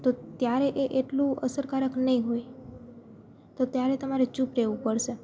તો ત્યારે એ એટલું અસરકારક નહીં હોય તો ત્યારે તમારે ચૂપ રહેવું પડશે